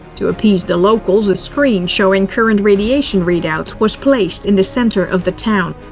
to appease the locals, a screen showing current radiation readouts was placed in the center of the town.